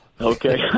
okay